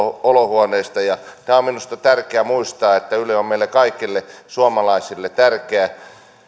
olohuoneesta tämä on minusta tärkeä muistaa että yle on meille kaikille suomalaisille tärkeä